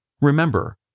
Remember